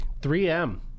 3M